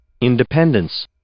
Independence